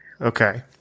Okay